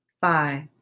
five